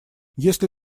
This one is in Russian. если